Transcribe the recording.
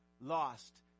lost